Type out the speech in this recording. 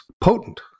potent